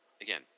Again